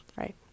Right